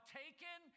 taken